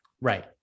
right